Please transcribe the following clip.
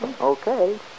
Okay